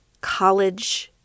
college